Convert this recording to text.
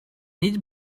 niet